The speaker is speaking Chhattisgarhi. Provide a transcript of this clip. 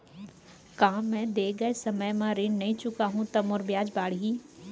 का मैं दे गए समय म ऋण नई चुकाहूँ त मोर ब्याज बाड़ही?